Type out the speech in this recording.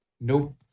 Nope